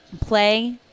play